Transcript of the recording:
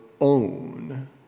own